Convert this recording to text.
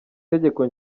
tegeko